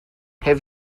have